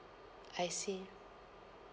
I see